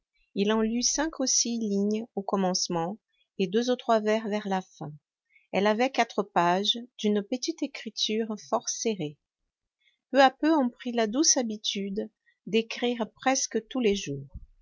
il en lut cinq ou six lignes au commencement et deux ou trois vers la fin elle avait quatre pages d'une petite écriture fort serrée peu à peu on prit la douce habitude d'écrire presque tous les jours